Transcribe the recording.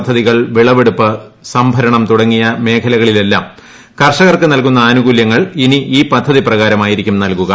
പദ്ധതികൾ വിളവെടുപ്പ് സംഭരണം തുടങ്ങിയ മേഖലകളിലെല്ലാം കർഷകർക്ക് നല്കുന്ന ആനുകൂല്യങ്ങൾ ഇനി ഈ പദ്ധതി പ്രകാരമായിരിക്കും നല്കുക